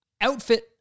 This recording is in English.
outfit